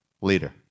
leader